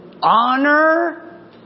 Honor